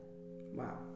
Wow